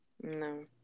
No